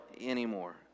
anymore